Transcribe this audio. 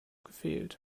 gefehlt